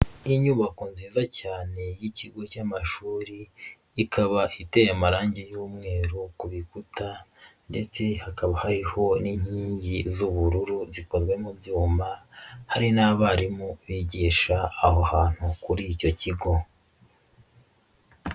Inyubako nziza cyane y'ikigo cy'amashuri, ikaba iteye amarangi y'umweru ku bikuta ndetse hakaba hari n'inkingi z'ubururu zikozwe mu byuma, hari n'abarimu bigisha aho hantu kuri icyo kigo.